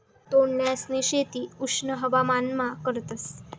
तोंडल्यांसनी शेती उष्ण हवामानमा करतस